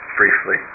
briefly